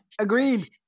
Agreed